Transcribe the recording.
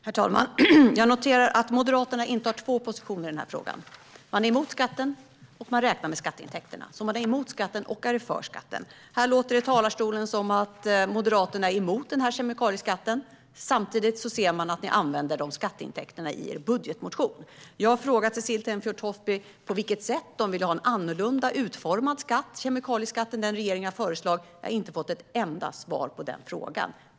Herr talman! Jag noterar att Moderaterna intar två positioner i den här frågan. Man är emot skatten, och man räknar med skatteintäkterna. Man är alltså emot skatten och för skatten. Här låter det i talarstolen som att Moderaterna är emot den här kemikalieskatten, men samtidigt ser man att ni använder de skatteintäkterna i er budgetmotion. Jag har frågat Cecilie Tenfjord-Toftby på vilket sätt Moderaterna vill ha en annorlunda utformad kemikalieskatt än den regeringen har föreslagit, men jag har inte fått ett enda svar på den frågan.